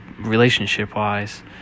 relationship-wise